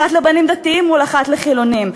אחת לבנים דתיים מול אחת לחילונים,